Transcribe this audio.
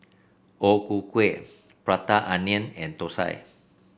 O Ku Kueh Prata Onion and thosai